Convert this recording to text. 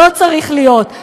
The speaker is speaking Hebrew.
לא צריך להיות,